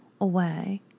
away